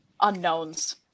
unknowns